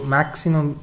Maximum